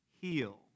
Heal